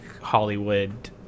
Hollywood